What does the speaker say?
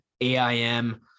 AIM